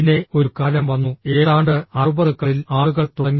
പിന്നെ ഒരു കാലം വന്നു ഏതാണ്ട് 60കളിൽ ആളുകൾ തുടങ്ങി